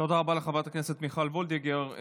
תודה רבה לחברת הכנסת מיכל וולדיגר.